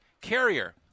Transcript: Carrier